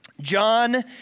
John